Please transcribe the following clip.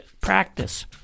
practice